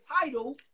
title